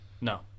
No